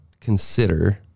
consider